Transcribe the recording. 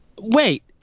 wait